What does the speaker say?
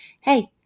hey